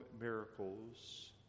miracles